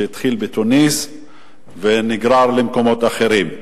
שהתחיל בתוניסיה ונגרר למקומות אחרים.